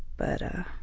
but